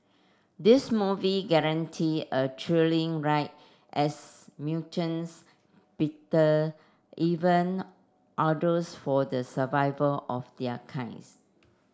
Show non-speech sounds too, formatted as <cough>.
this movie guarantee a thrilling ride as mutants <unintelligible> even others for the survival of their kinds